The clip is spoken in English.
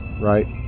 right